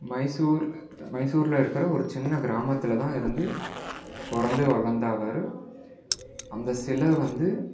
மைசூர் மைசூரில் இருக்கிற ஒரு சின்ன கிராமத்தில்தான் இருந்து பிறந்து வளர்ந்த அவர் அந்த சிலை வந்து